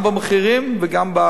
גם במחירים וגם,